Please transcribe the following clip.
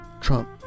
Trump